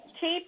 keep